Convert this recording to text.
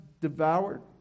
devoured